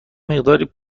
مقداری